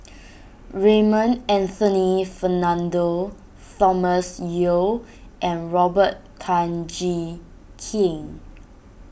Raymond Anthony Fernando Thomas Yeo and Robert Tan Jee Keng